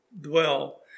dwell